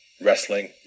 wrestling